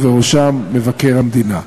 ובראשם מבקר המדינה,